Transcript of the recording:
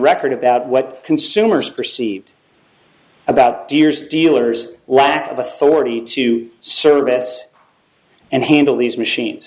record about what consumers perceived about deers dealers lack of authority to service and handle these machines